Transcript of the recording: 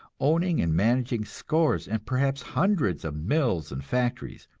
owning and managing scores and perhaps hundreds of mills and factories,